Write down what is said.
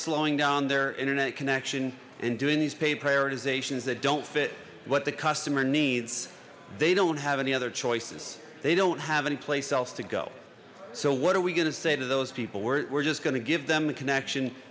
slowing down their internet connection and doing these pay prioritizations that don't fit what the customer needs they don't have any other choices they don't have anyplace else to go so what are we going to say to those people we're just going to give them the connection